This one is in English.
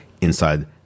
inside